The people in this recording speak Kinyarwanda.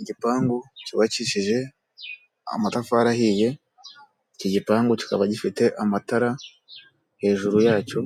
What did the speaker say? Igipangu cyubakishije amafari ahiye, iki gipangu gifite amatara hejuru yacyo,